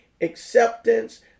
acceptance